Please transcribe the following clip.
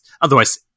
otherwise